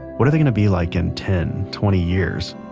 what are they going to be like in ten, twenty years?